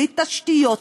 בלי תשתיות,